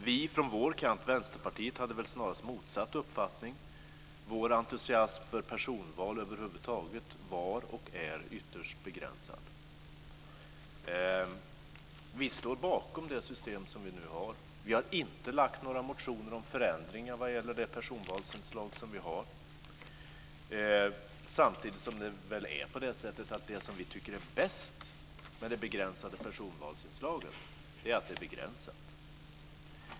Vi från Vänsterpartiet hade snarare motsatt uppfattning. Vår entusiasm för personval över huvud taget var, och är, ytterst begränsad. Vi står bakom det system som man nu har. Vi har inte väckt några motioner om förändringar av det nuvarande personvalsinslaget. Men det som vi tycker är bäst med det begränsade personvalsinslaget är just att det är begränsat.